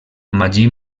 magí